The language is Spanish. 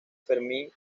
fermín